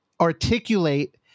articulate